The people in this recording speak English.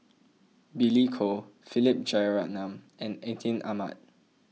Billy Koh Philip Jeyaretnam and Atin Amat